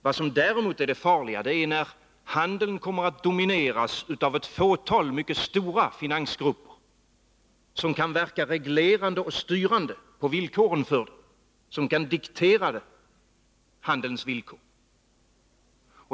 Vad som är farligt är när handeln kommer att domineras av ett fåtal mycket stora finansgrupper som kan verka reglerande och styrande på villkoren för varuutbytet, som kan diktera handelns villkor.